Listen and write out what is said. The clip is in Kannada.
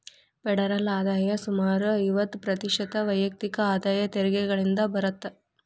ಫೆಡರಲ್ ಆದಾಯ ಸುಮಾರು ಐವತ್ತ ಪ್ರತಿಶತ ವೈಯಕ್ತಿಕ ಆದಾಯ ತೆರಿಗೆಗಳಿಂದ ಬರತ್ತ